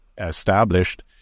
established